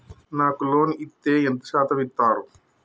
నాకు లోన్ ఇత్తే ఎంత శాతం ఇత్తరు?